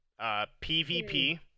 PvP